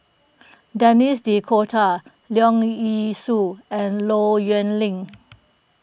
Denis D'Cotta Leong Yee Soo and Low Yen Ling